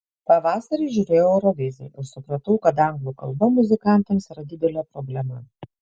pavasarį žiūrėjau euroviziją ir supratau kad anglų kalba muzikantams yra didelė problema